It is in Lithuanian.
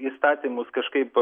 įstatymus kažkaip